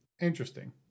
Interesting